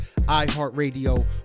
iHeartRadio